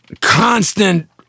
Constant